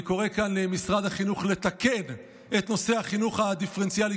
אני קורא כאן למשרד החינוך לתקן את נושא החינוך הדיפרנציאלי